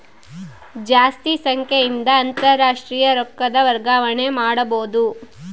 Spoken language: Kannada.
ಜಾಸ್ತಿ ಸಂಖ್ಯೆಯಿಂದ ಅಂತಾರಾಷ್ಟ್ರೀಯ ರೊಕ್ಕದ ವರ್ಗಾವಣೆ ಮಾಡಬೊದು